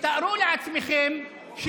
מה עשו בגוש עציון?